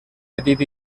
petit